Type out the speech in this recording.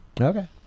okay